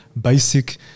basic